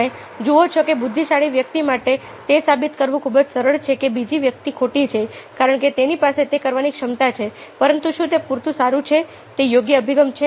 તમે જુઓ છો કે બુદ્ધિશાળી વ્યક્તિ માટે તે સાબિત કરવું ખૂબ જ સરળ છે કે બીજી વ્યક્તિ ખોટી છે કારણ કે તેની પાસે તે કરવાની ક્ષમતા છે પરંતુ શું તે પૂરતું સારું છે તે યોગ્ય અભિગમ છે